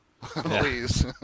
Please